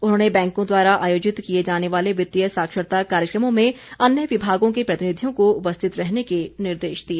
उन्होंने बैंकों द्वारा आयोजित किए जाने वाले वित्तीय साक्षरता कार्यक्रमों में अन्य विभागों के प्रतिनिधियों को उपस्थित रहने के भी निर्देश दिए